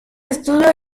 estudio